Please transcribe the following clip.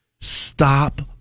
stop